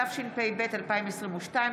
התשפ"ב 2022,